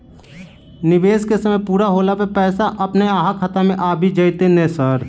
निवेश केँ समय पूरा होला पर पैसा अपने अहाँ खाता मे आबि जाइत नै सर?